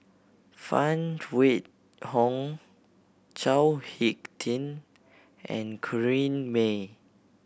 Phan Wait Hong Chao Hick Tin and Corrinne May